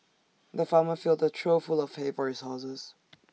the farmer filled A trough full of hay for his horses